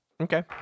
Okay